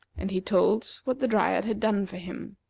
and he told what the dryad had done for him.